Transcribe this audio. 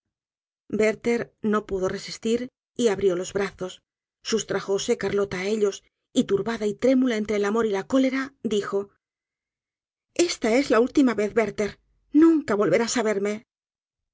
werther no pudo resistir y abrió los brazos sustrájose carlota á ellos y turbada y trémula entre el amor y la cólera dijo esta es la última ves werther nunca volverás á verme